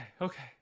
Okay